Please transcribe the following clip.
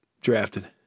drafted